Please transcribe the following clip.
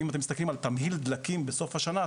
אם אתם מסתכלים על תמהיל דלקים בסוף השנה,